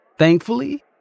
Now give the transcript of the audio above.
Thankfully